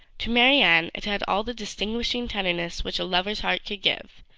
to marianne it had all the distinguishing tenderness which a lover's heart could give,